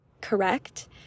correct